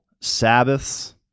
Sabbaths